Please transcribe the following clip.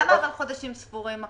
למה חודשים ספורים?